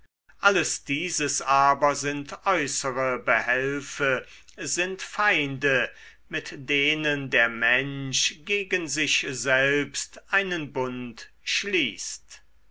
alles dieses aber sind äußere behelfe sind feinde mit denen der mensch gegen sich selbst einen bund schließt